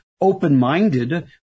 open-minded